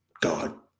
God